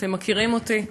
אתם מכירים אותי,